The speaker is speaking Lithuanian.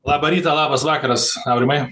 labą rytą labas vakaras aurimai